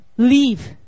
Leave